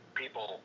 people